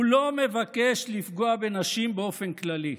הוא לא מבקש לפגוע בנשים באופן כללי.